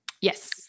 Yes